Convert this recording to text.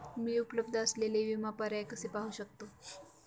मी उपलब्ध असलेले विमा पर्याय कसे पाहू शकते?